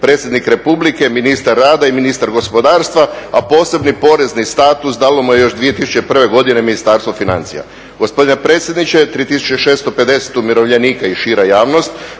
predsjednik Republike, ministar rada i ministar gospodarstva a posebni porezni status dalo mu je još 2001. godine Ministarstvo financija. Gospodine predsjedniče 3650 umirovljenika i šira javnost